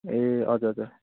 ए हजुर हजुर